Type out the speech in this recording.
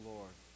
Lord